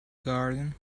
garden